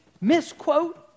misquote